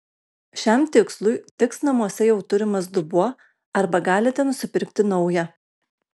šiam tikslui tiks namuose jau turimas dubuo arba galite nusipirkti naują